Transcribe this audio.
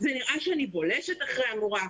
זה נראה שאני בולשת אחרי המורה,